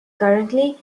currently